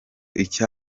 icyo